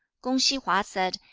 kung-hsi hwa said,